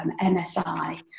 MSI